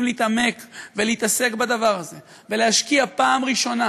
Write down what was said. להתעמק ולהתעסק בדבר הזה ולהשקיע פעם ראשונה,